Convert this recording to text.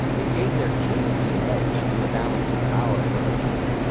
it gave their kings an edge in the balance of power for a time,